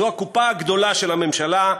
זו הקופה הגדולה של הממשלה,